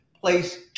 place